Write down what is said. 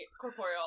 corporeal